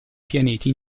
pianeti